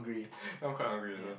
I'm quite hungry also